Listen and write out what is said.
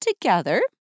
together